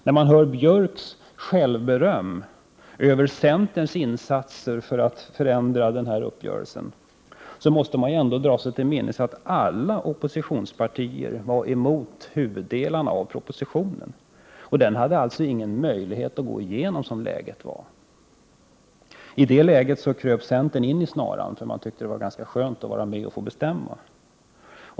När man hör Gunnar Björks självberöm över centerns insatser för att förändra uppgörelsen, måste man ändå dra sig till minnes att alla oppositionspartier var emot huvuddelarna av propositionen. Den hade alltså som läget var ingen möjlighet att gå igenom. I den situationen kröp centern in i snaran, eftersom centerpartiet tyckte att det var ganska skönt att få vara med och bestämma.